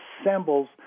assembles